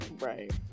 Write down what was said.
Right